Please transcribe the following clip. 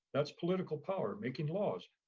that's political power, making laws,